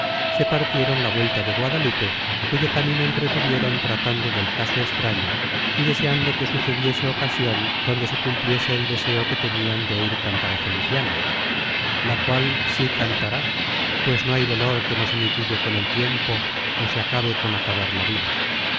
se partieron la vuelta de guadalupe cuyo camino entretuvieron tratando del caso extraño y deseando que sucediese ocasion donde se cumpliese el deseo que tenian de oir cantar á feliciana la cual sí cantará pues no hay dolor que no se mitigue con el tiempo ó se acabe con acabar la vida